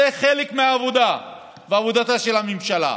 זה חלק מהעבודה ועבודתה של הממשלה,